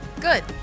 Good